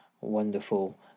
wonderful